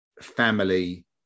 family